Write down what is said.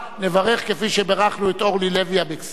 נברך כפי שבירכנו את אורלי לוי אבקסיס.